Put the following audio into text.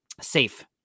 safe